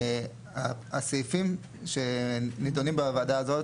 הסעיפים שנידונים בוועדה הזאת,